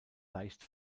leicht